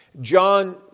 John